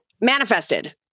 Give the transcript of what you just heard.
manifested